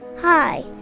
Hi